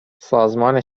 سازمان